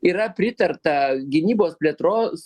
yra pritarta gynybos plėtros